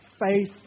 faith